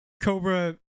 Cobra